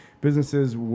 businesses